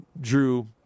drew